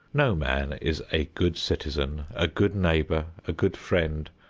no man is a good citizen, a good neighbor, a good friend,